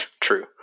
True